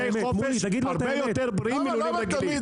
חופש הם הרבה יותר בריאים מלולים רגילים.